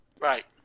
Right